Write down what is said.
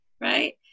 right